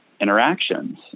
interactions